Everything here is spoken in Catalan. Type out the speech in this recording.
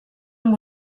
amb